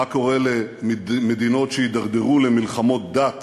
מה קורה למדינות שהידרדרו למלחמות דת